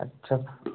अच्छा